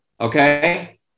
okay